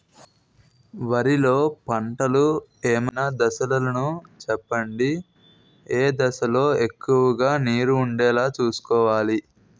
వరిలో పంటలు ఏమైన దశ లను చెప్పండి? ఏ దశ లొ ఎక్కువుగా నీరు వుండేలా చుస్కోవలి?